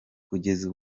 kugeza